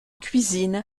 cuisine